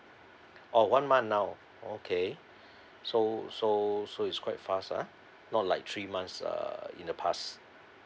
oh one month now okay so so so is quite fast ah not like three months uh in the past